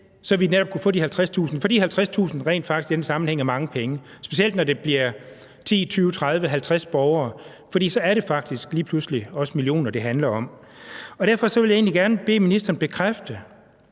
så vi netop kunne få de 50.000 kr., fordi 50.000 kr. rent faktisk i den sammenhæng er mange penge – specielt når det bliver 10, 20, 30, 50 borgere. For så er det lige pludselig faktisk også millioner, det handler om. Derfor vil jeg egentlig gerne bede ministeren bekræfte,